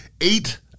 Eight